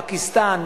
פקיסטן,